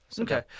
Okay